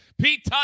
Pete